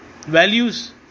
values